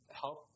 help